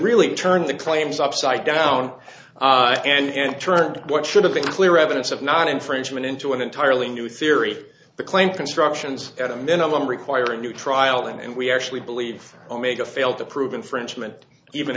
really turned the claims upside down and turned what should have been clear evidence of not infringement into an entirely new theory the claim constructions at a minimum require a new trial and we actually believe omega failed to prove infringement even